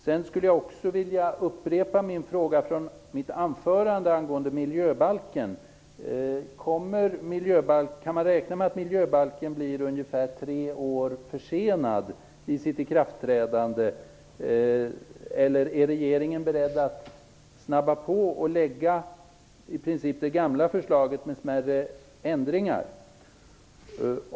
Jag vill också upprepa frågan i mitt anförande om miljöbalken: Kan man räkna med att miljöbalkens ikraftträdande blir ungefär tre år försenat, eller är regeringen beredd att snabba på behandlingen och lägga fram det gamla förslaget med smärre ändringar?